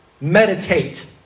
Meditate